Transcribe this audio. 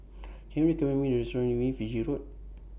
Can YOU recommend Me A Restaurant near Fiji Road